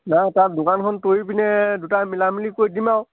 নাই তাত দোকানখন তৰি পিনে দুটা মিলামেলি কৰি দিম আৰু